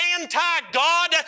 anti-God